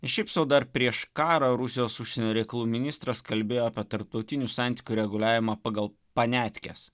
ne šiaip sau dar prieš karą rusijos užsienio reikalų ministras kalbėjo apie tarptautinių santykių reguliavimą pagal paniatkes